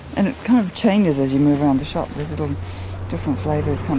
and it kind of changes as you move around the shop, there's little different flavours come